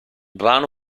brano